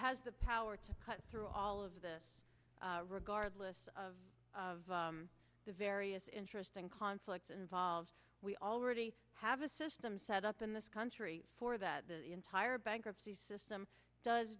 has the power to cut through all of this regardless of the various interests and conflicts involved we already have a system set up in this country for that entire bankruptcy system does